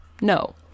no